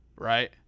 Right